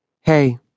Hey